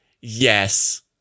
Yes